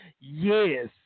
Yes